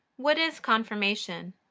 what is confirmation?